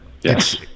Yes